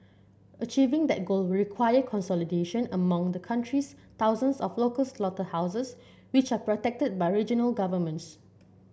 achieving that goal require consolidation among the country's thousands of local slaughterhouses which are protected by regional governments